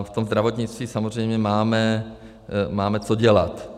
V tom zdravotnictví samozřejmě máme co dělat.